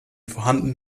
vorhandenen